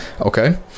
Okay